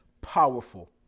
powerful